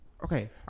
Okay